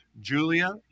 Julia